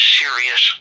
serious